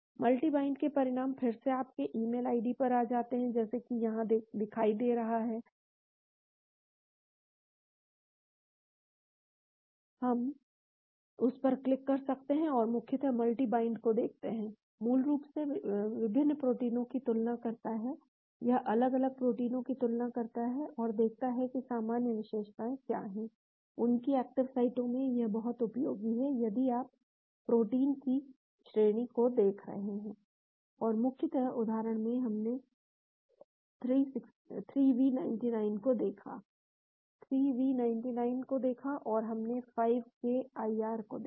multi bind के परिणाम फिर से आपके ईमेल आईडी पर आ जाते हैं जैसा कि यहाँ दिखाई दे रहा है हम उस पर क्लिक कर सकते हैं और मुख्यतः मल्टी बाइंड को देखते हैं मूल रूप से विभिन्न प्रोटीनों की तुलना करता है यह अलग अलग प्रोटीनों की तुलना करता है और देखता है कि सामान्य विशेषताएं क्या हैं उनकी एक्टिव साइटों में यह बहुत उपयोगी है यदि आप प्रोटीन की श्रेणी को देख रहे हैं और मुख्यतः उदाहरण में हमने 3v99 को देखा 3v99 को देखा और हमने 5k IR को देखा